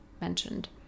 mentioned